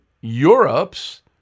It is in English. Europe's